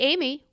Amy